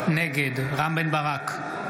נגד רם בן ברק,